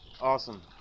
Awesome